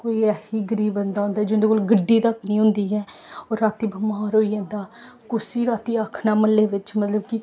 कोई ऐसी गरीब बंदा होंदा जिं'दे कोल गड्डी तक्क निं होंदी ऐ ओह् राती बमार होई जंदा कुस्सी राती आखना म्ह्ल्ले बिच्च मतलब कि